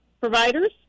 providers